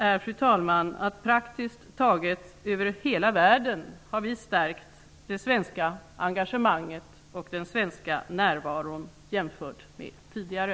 Min slutsats är att praktiskt taget över hela världen har vi stärkt det svenska engagemanget och den svenska närvaron jämfört med tidigare.